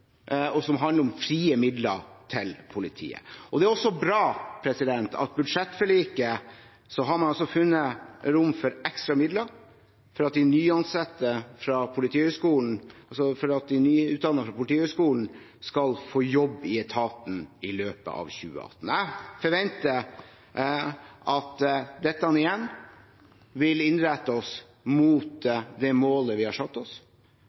og som handler om frie midler til politiet. Det er også bra at man i budsjettforliket har funnet rom for ekstra midler for at de nyansatte fra Politihøgskolen skal få jobb i etaten i løpet av 2018. Jeg forventer at dette igjen vil innrette oss mot det målet vi har satt oss.